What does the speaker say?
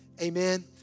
Amen